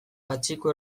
patxiku